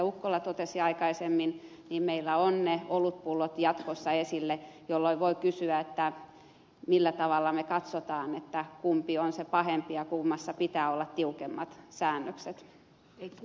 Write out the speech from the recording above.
ukkola totesi aikaisemmin meillä on ne olutpullot jatkossa esillä jolloin voi kysyä millä tavalla me katsomme kumpi on se pahempi ja kummassa pitää olla tiukemmat säännökset